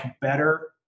better